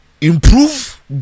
Improve